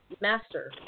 master